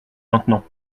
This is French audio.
maintenant